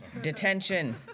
Detention